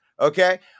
okay